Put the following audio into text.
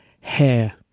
hair